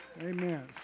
Amen